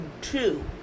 two